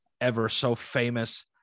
ever-so-famous